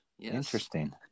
Interesting